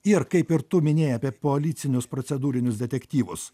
ir kaip ir tu minėjai apie policinius procedūrinius detektyvus